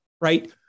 right